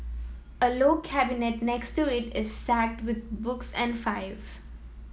a low cabinet next to it is stacked with books and files